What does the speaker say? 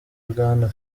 bwana